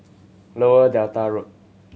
Lower Delta Road